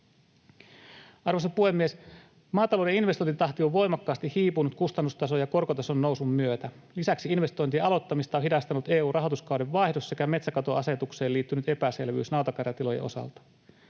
Arvoisa puhemies! Maatalouden investointitahti on voimakkaasti hiipunut kustannustason ja korkotason nousun myötä. Lisäksi investointien aloittamista on hidastanut EU-rahoituskauden vaihdos sekä metsäkatoasetukseen liittynyt epäselvyys nautakarjatilojen osalta.